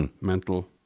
mental